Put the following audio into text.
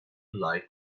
like